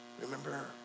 Remember